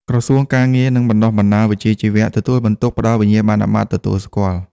ក្រសួងការងារ និងបណ្តុះបណ្តាលវិជ្ជាជីវៈ ទទួលបន្ទុកផ្តល់វិញ្ញាបនបត្រទទួលស្គាល់។